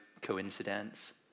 Coincidence